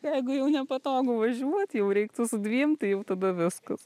jeigu jau nepatogu važiuot jau reiktų su dviem tai jau tada viskas